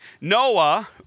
Noah